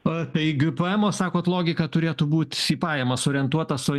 tai gpemo sakot logika turėtų būt į pajamas orientuotas o